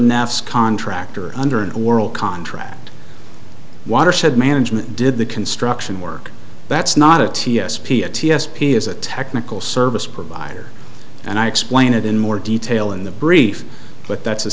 nafs contractor under an oral contract watershed management did the construction work that's not a t s p a t s p is a technical service provider and i explain it in more detail in the brief but that's a